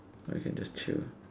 or we can just chill